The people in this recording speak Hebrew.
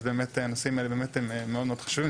אז באמת הנושאים האלה באמת הם מאוד מאוד חשובים,